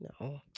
no